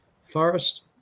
forest